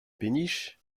péniche